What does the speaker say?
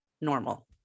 normal